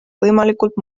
võimalikult